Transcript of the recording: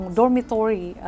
dormitory